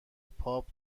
پاپ